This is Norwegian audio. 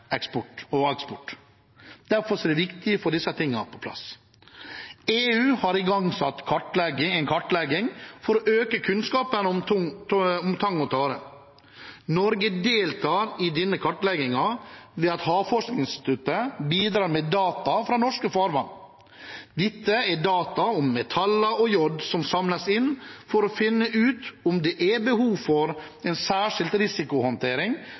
og eksport. EU har igangsatt en kartlegging for å øke kunnskapen om tang og tare. Norge deltar i denne kartleggingen ved at Havforskningsinstituttet bidrar med data fra norske farvann. Det er data om metaller og jod som samles inn for å finne ut om det er behov for en særskilt risikohåndtering